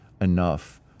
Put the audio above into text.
enough